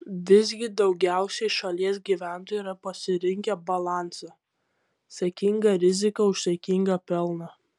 visgi daugiausiai šalies gyventojų yra pasirinkę balansą saikinga rizika už saikingą pelną